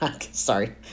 Sorry